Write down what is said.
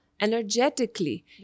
energetically